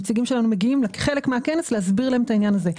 נציגים שלנו מגיעים לחלק מהכנס כדי להסביר להם את העניין הזה.